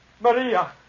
Maria